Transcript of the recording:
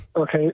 Okay